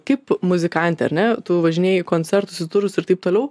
kaip muzikantė ar ne tu važinėji į koncertus ir turus ir taip toliau